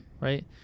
Right